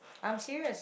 I'm serious